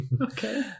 Okay